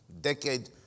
Decade